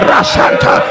Rasanta